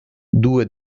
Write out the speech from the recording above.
due